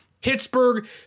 Pittsburgh